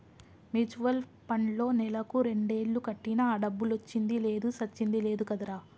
mutual పండ్లో నెలకు రెండేలు కట్టినా ఆ డబ్బులొచ్చింది లేదు సచ్చింది లేదు కదరా